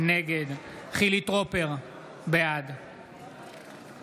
נגד חילי טרופר, בעד